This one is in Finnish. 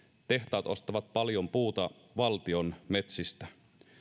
tehtaat ostavat paljon puuta valtion metsistä